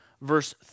verse